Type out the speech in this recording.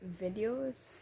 videos